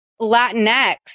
Latinx